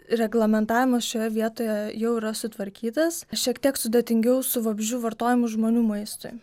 reglamentavimas šioje vietoje jau yra sutvarkytas šiek tiek sudėtingiau su vabzdžių vartojimu žmonių maistui